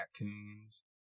raccoons